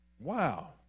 Wow